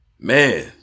man